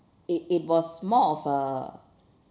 it it was more of a